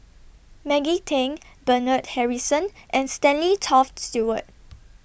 Maggie Teng Bernard Harrison and Stanley Toft Stewart